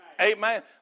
Amen